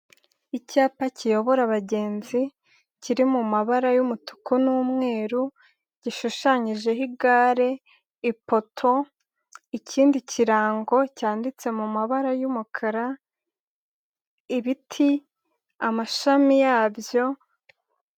Icyapa kiyobora abagenzi, kiri mu mabara y'umutuku n'umweru, gishushanyijeho igare, ipoto, ikindi kirango cyanditse mu mabara y'umukara, ibiti, amashami yabyo.